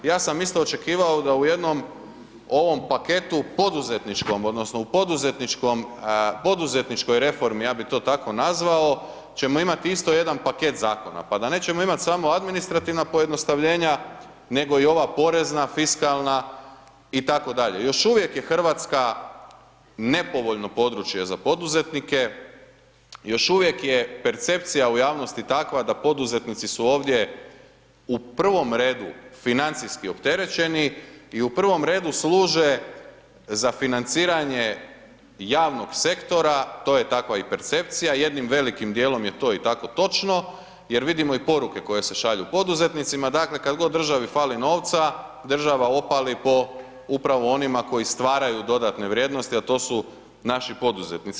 Ja sam isto očekivao da u jednom ovom paketu poduzetničkom odnosno u poduzetničkoj reformi, ja bi to tako nazvao, ćemo imati isto jedan paket zakona, pa da nećemo imati samo administrativna pojednostavljenja, nego i ova porezna, fiskalna itd., još uvijek je RH nepovoljno područje za poduzetnike, još uvijek je percepcija u javnosti takva da poduzetnici su ovdje, u prvom redu, financijski opterećeni i u prvom redu služe za financiranje javnog sektora, to je takva i percepcija, jednim velikim dijelom je to i tako točno, jer vidimo i poruke koje se šalju poduzetnicima, dakle, kad god državi fali novca, država opali po, upravo onima koji stvaraju dodatne vrijednosti, a to su naši poduzetnici.